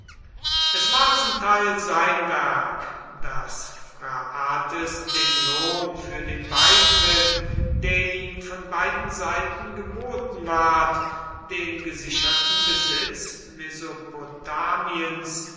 es war zum teil sein werk daß phraates den lohn für den beitritt der ihm von beiden seiten geboten ward den gesicherten besitz